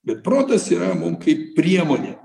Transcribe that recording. bet protas yra mum kaip priemonė